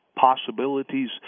possibilities